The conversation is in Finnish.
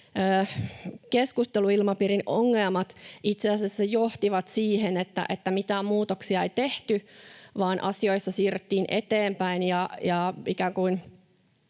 keskusteluilmapiirin ongelmat itse asiassa johtivat siihen, että mitään muutoksia ei tehty vaan asioissa siirryttiin eteenpäin